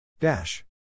Dash